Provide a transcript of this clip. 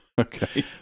Okay